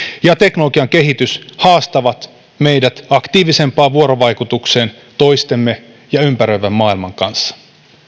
ja teknologian kehitys haastavat meidät aktiivisempaan vuorovaikutukseen toistemme ja ympäröivän maailman kanssa